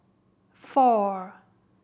four